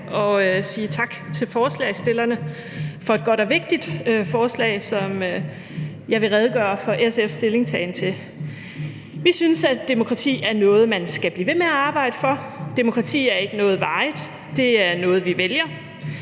og sige tak til forslagsstillerne for et godt og vigtigt forslag, som jeg vil redegøre for SF's stillingtagen til. Vi synes, at demokrati er noget, man skal blive ved med at arbejde for. Demokrati er ikke noget varigt; det er noget, vi vælger.